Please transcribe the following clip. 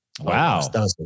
Wow